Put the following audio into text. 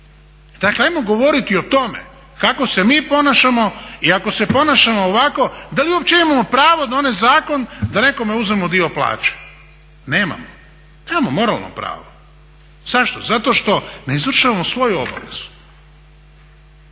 Dakle, ajmo govoriti o tome kako se mi ponašamo i ako se ponašamo ovako da li uopće imao pravo donijeti zakon da nekome uzmemo dio plaće? Nemamo, nemamo moralno pravo. Zašto? Zato što ne izvršavamo svoju obavezu.